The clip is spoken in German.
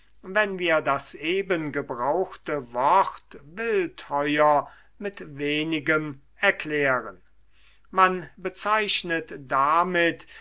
wenn wir das eben gebrauchte wort wildheuer mit wenigem erklären man bezeichnet damit